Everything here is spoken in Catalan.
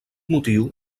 motiu